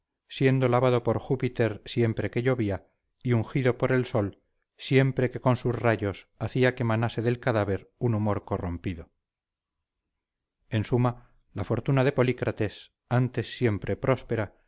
siendo lavado por júpiter siempre que llovía y ungido por el sol siempre que con sus rayos hacia que manase del cadáver un humor corrompido en suma la fortuna de polícrates antes siempre próspera